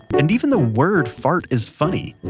and even the word fart is funny.